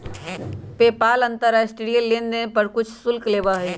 PayPal अंतर्राष्ट्रीय लेनदेन पर कुछ शुल्क लेबा हई